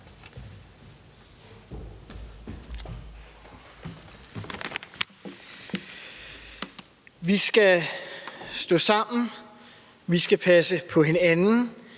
Vi skal stå sammen, vi skal passe på hinanden,